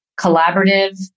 collaborative